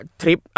trip